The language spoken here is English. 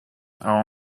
are